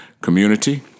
community